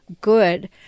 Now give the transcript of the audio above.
good